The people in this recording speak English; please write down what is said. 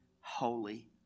holy